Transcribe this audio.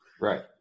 Right